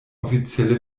offizielle